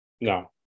No